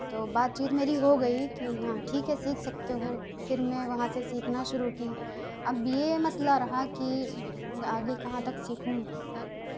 تو بات چیت میری ہو گئی کہ یہاں ٹھیک ہے سیکھ سکتے ہو پھر میں وہاں سے سیکھنا شروع کی اب یہ مسئلہ رہا کہ آگے کہاں تک سیکھوں